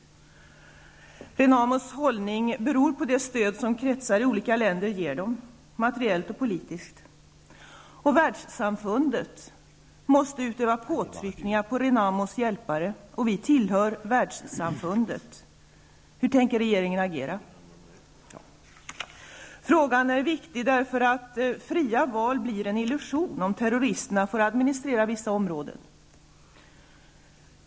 Renamos hållning beror på det stöd som kretsar i olika länder ger, materiellt och politiskt. Världssamfundet måste utöva påtryckningar på Renamos hjälpare, och vi tillhör världssamfundet. Hur tänker regeringen agera? Frågan är viktig, därför att fria val blir en illusion om terroristerna får administrera vissa områden.